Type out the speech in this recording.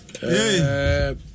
Hey